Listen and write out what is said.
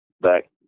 back